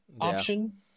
option